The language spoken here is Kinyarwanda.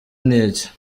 niki